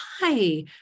hi